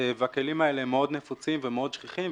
הכלים האלה מאוד נפוצים ומאוד שכיחים,